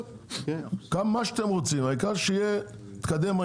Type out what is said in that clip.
מה שאתם רוצים, העיקר שהעניין יתקדם.